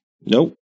Nope